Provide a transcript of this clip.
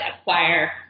acquire